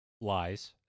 lies